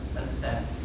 understand